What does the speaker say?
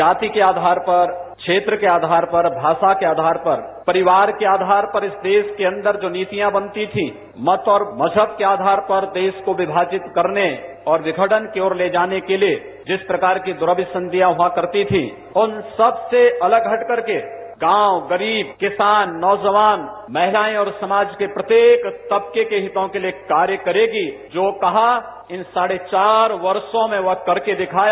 जाति के आधार पर क्षेत्र के आधार पर भाषा के आधार पर परिवार के आधार पर इस देश के अंदर जो नीतियां बनती थी मत और मजहब के आधार पर देश को विभाजित करने और विघटन की ओर ले जाने के लिए जिस प्रकार की दुरभि संधि हुआ करती थी उन सबसे अलग हट करके गांव गरीब किसान नौ जवान महिलाएं और समाज के प्रत्येक तबके के हितों के लिए कार्य करेगी जो कहा इन साढ़े चार वर्षों में वह करके दिखाया